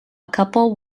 couple